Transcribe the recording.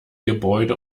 gebäude